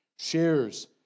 shares